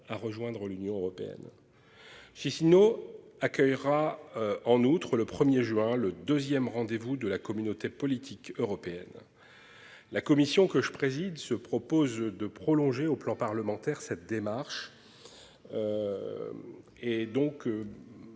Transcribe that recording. à rejoindre l'Union européenne. Chisinau accueillera. En outre, le 1er juin, le 2ème rendez-vous de la communauté politique européenne. La commission que je préside se propose de prolonger au plan parlementaire cette démarche. Et donc.